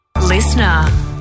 Listener